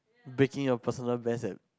breaking your personal best and